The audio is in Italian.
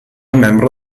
membro